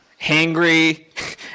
hangry